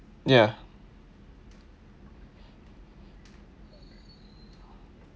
ya